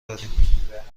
داریم